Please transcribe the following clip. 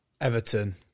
Everton